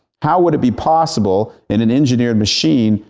how would it be possible, in an engineer and machine,